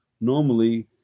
Normally